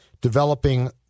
developing